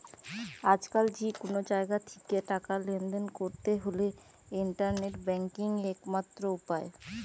আজকাল যে কুনো জাগা থিকে টাকা লেনদেন কোরতে হলে ইন্টারনেট ব্যাংকিং একমাত্র উপায়